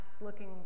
looking